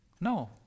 No